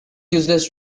useless